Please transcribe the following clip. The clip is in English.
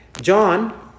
John